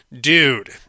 Dude